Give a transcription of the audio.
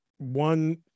one